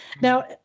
Now